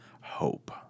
hope